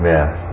Yes